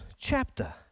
chapter